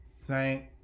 Thank